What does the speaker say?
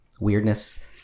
weirdness